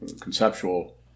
conceptual